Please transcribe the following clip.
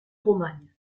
romagne